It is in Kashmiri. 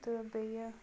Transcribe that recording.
تہٕ بیٚیہِ